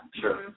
sure